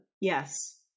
yes